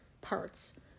parts